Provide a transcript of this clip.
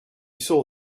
saw